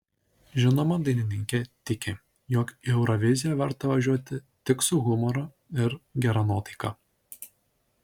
žinoma dainininkė tiki jog į euroviziją verta važiuoti tik su humoru ir gera nuotaika